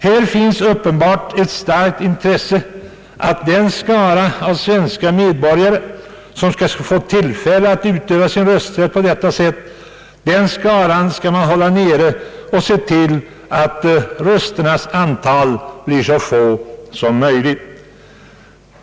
Här finns uppenbarligen ett starkt intresse att begränsa den skara av svenska medborgare som skall få tillfälle att utöva sin rösträtt på detta sätt, ett intresse av att se till att rösternas antal blir så litet som möjligt.